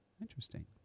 Interesting